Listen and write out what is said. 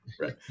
right